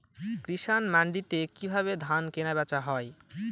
কৃষান মান্ডিতে কি ভাবে ধান কেনাবেচা হয়?